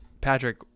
patrick